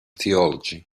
theology